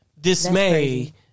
dismay